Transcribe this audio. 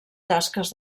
tasques